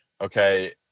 okay